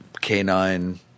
canine